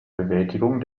bewältigung